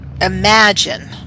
imagine